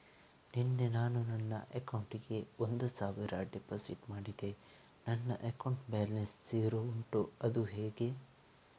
ನಿನ್ನೆ ನಾನು ನನ್ನ ಅಕೌಂಟಿಗೆ ಒಂದು ಸಾವಿರ ಡೆಪೋಸಿಟ್ ಮಾಡಿದೆ ನನ್ನ ಅಕೌಂಟ್ ಬ್ಯಾಲೆನ್ಸ್ ಝೀರೋ ಉಂಟು ಅದು ಹೇಗೆ?